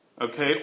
okay